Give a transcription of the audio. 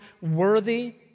worthy